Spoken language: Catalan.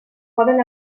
poden